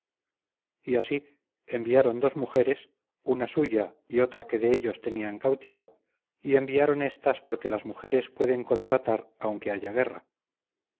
y así enviaron dos mujeres una suya y otra que de ellos tenían cautiva y enviaron éstas porque las mujeres pueden contratar aunque haya guerra